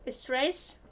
stress